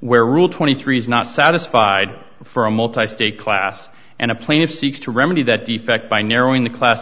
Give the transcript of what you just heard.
where rule twenty three dollars is not satisfied for a multi state class and a plaintiff seeks to remedy that defect by narrowing the class